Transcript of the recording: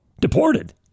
deported